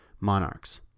monarchs